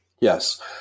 Yes